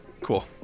cool